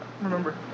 remember